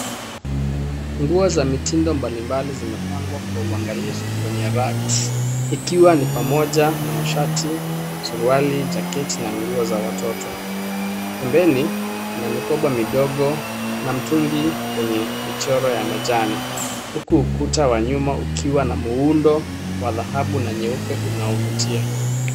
Nguo za mitindo malimbali zimepangwa kwa uangalifu kwenye racks ikiwa ni pamoja na mashati, suruali, jaketi na nguo za watoto. Pembeni, kuna mikoba midogo na mtungi wenye michoro ya majani huku ukuta wanyuma ukiwa na muundo wa dhahabu na nyeupe unaovutia.